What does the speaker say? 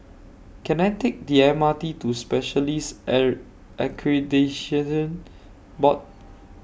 Can I Take The M R T to Specialists Error Board